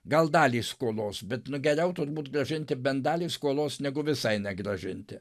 gal dalį skolos bet nu geriau tubūt grąžinti bent dalį skolos negu visai negrąžinti